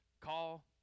call